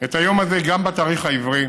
את היום הזה גם בתאריך העברי,